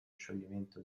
scioglimento